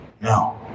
No